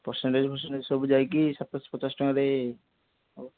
percentage percentage ସବୁ ଯାଇକି ସାତଶହ ପଚାଶ ଟଙ୍କାରେ ହେବ